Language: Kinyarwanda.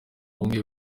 bumwe